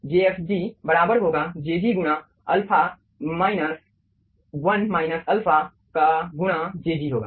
j fg बराबर होगा jg गुणा अल्फा माइनस 1 अल्फा का गुणा jg होगा